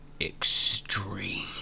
extreme